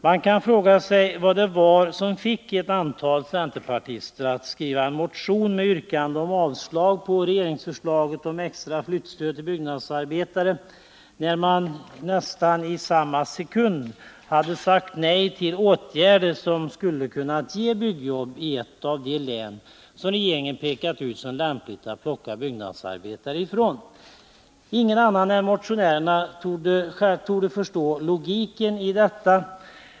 Man kan fråga sig vad det var som fick ett antal centerpartister att skriva en motion med yrkande om avslag på regeringsförslaget om extra flyttstöd till byggnadsarbetare, när de nästan i samma sekund hade sagt nej till åtgärder som skulle kunnat ge byggjobb i ett av de län som regeringen pekat ut som lämpligt att plocka byggnadsarbetare ifrån. Ingen annan än motionärerna själva torde förstå logiken i detta.